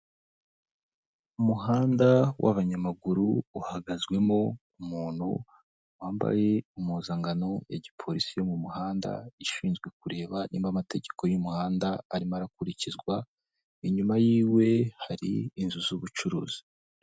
Umuhanda w'abanyamaguru uhagazemo umuntu wambaye impuzankano ya gipolisi yo mu muhanda ishinzwe kureba niba amategeko y'umuhanda arimo arakurikizwa, inyuma yiwe hari inzu z'ubucuruzi.